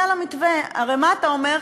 הרי מה אתה אומר?